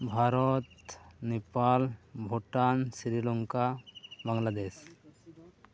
Bharat Nepal Bhutan Sri Lanka Bangladesh